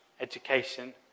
education